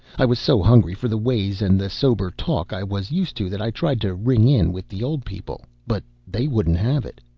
i was so hungry for the ways and the sober talk i was used to, that i tried to ring in with the old people, but they wouldn't have it.